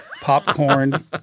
popcorn